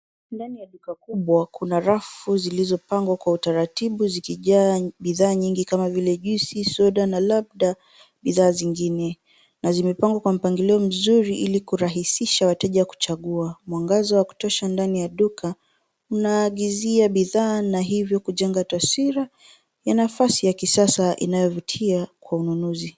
Ndani ya duka kubwa kuna rafu zilizopangwa kwa utaratibu zikijaa bidhaa nyingi kama vile juisi, soda na labda bidhaa zingine na zimepangwa kwa mpangilio mzuri ili kurahisisha wateja kuchagua. Mwangaza wa kutosha ndani ya duka unaagizia bidhaa na hivyo kujenga taswira ya nafasi ya kisasa inayovutia kwa ununuzi.